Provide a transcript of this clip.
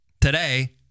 Today